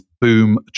Boom